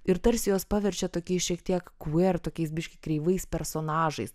ir tarsi juos paverčia tokiais šiek tiek kver tokiais biški kreivais personažais